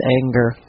anger